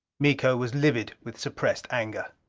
miko was livid with suppressed anger.